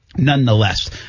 Nonetheless